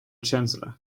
chancellor